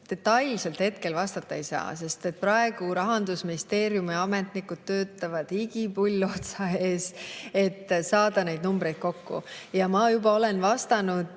detailselt hetkel vastata ei saa, sest praegu Rahandusministeeriumi ametnikud töötavad, higipull otsa ees, et need numbrid kokku saada. Ja ma olen ka vastates,